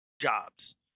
jobs